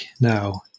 now